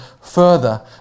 further